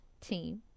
team